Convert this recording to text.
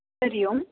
Hari Om